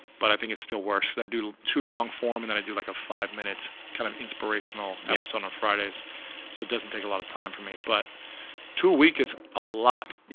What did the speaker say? but i think it's still works. i do two long for em, and then i do like a five minute kind of inspirational guest on friday's. so it doesn't take a lot of time for me but two a week is a lot.